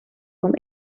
van